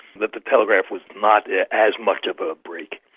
that the telegraph was not as much of a break.